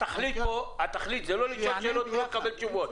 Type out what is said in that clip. התכלית היא לא לשאול שאלות ולא לקבל תשובות.